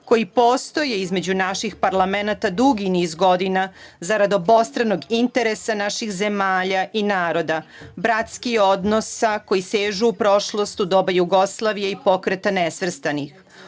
koji postoje između naših parlamenata dugi niz godina, zarad obostranog interesa naših zemalja i naroda, bratskih odnosa koji sežu u prošlost, u doba Jugoslavije i Pokreta nesvrstanih.